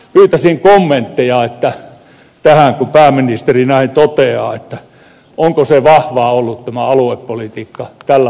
pyytäisin kommentteja liittyen tähän kun pääministeri näin toteaa onko se aluepolitiikka ollut vahvaa tällä vaalikaudella